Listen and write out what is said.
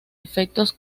efectos